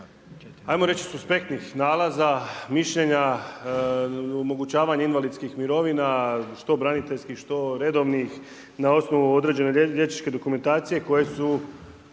ajmo reći suspektnih nalaza, mišljenja, omogućavanja invalidskih mirovina, što braniteljskih, što redovnih na osnovu određene liječničke dokumentacije koje su,